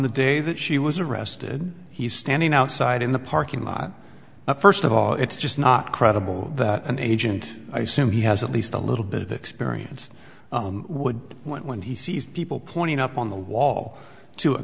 the day that she was arrested he's standing outside in the parking lot now first of all it's just not credible that an agent i simply has at least a little bit of experience would want when he sees people pointing up on the wall to a